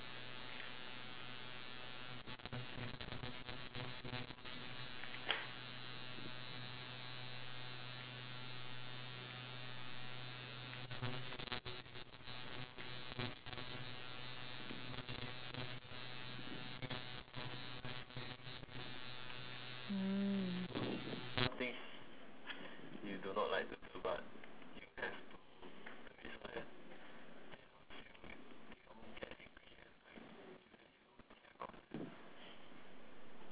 mm